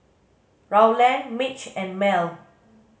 Rowland Mitch and Mel